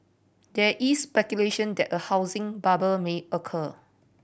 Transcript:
there is speculation that a housing bubble may occur